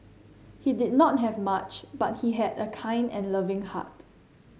he did not have much but he had a kind and loving heart